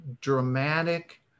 dramatic